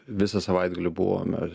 visą savaitgalį buvome